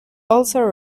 also